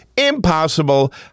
Impossible